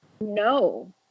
no